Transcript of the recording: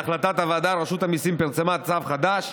רשות המיסים פרסמה צו חדש,